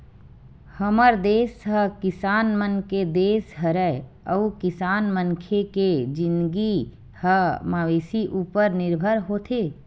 हमर देस ह किसान मन के देस हरय अउ किसान मनखे के जिनगी ह मवेशी उपर निरभर होथे